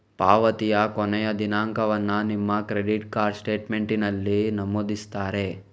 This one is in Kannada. ಪಾವತಿಯ ಕೊನೆಯ ದಿನಾಂಕವನ್ನ ನಿಮ್ಮ ಕ್ರೆಡಿಟ್ ಕಾರ್ಡ್ ಸ್ಟೇಟ್ಮೆಂಟಿನಲ್ಲಿ ನಮೂದಿಸಿರ್ತಾರೆ